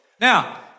Now